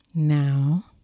Now